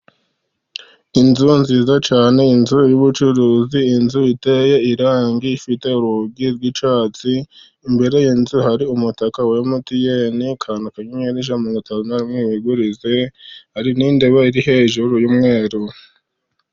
Inzu nziza cyane, inzu y'ubucuruzi, inzu iteye irangi ifite urugi rw'icyatsi. Imbere y'inzu hari umutaka wa MTN kanda akanyenyeri ijana na mirongo itanu na rimwe wigurize, hari n'intebe iri hejuru y'umweru.